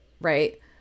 Right